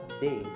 day